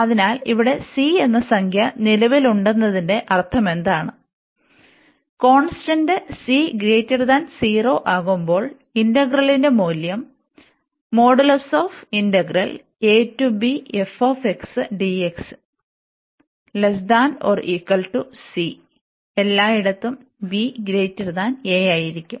അതിനാൽ ഇവിടെ C എന്ന സംഖ്യ നിലവിലുണ്ടെന്നതിന്റെ അർത്ഥമെന്താണ് കോൺസ്റ്റന്റ് ആകുമ്പോൾ ഇന്റഗ്രലിന്റെ മൂല്യം എല്ലാത്തിനും b a അയിരിക്കും